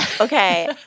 Okay